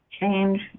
change